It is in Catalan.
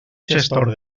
gestor